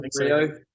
Rio